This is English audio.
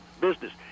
Business